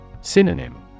Synonym